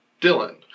Dylan